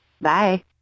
Bye